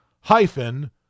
hyphen